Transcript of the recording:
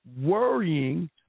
worrying